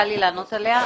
עליה.